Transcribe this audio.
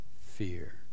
fear